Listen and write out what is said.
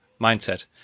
mindset